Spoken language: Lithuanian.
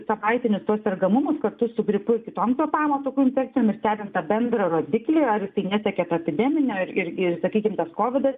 savaitinius tuos sergamumus kartu su gripu ir kitom kvėpavimo takų infekcijom nu stebint tą bendrą rodiklį ar jisai nesiekia to epideminio ir ir ir sakykim tas kovidas